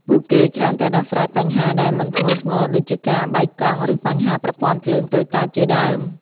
ពួកគេច្រើនតែដោះស្រាយបញ្ហាដែលមិនធ្ងន់ធ្ងរដូចជាការបែកកង់ ឬបញ្ហាប្រព័ន្ធភ្លើងតូចតាចជាដើម។